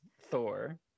Thor